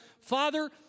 Father